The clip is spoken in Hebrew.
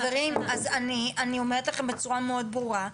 אז אני אומרת לכם בצורה מאוד ברורה,